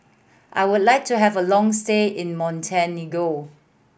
I would like to have a long stay in Montenegro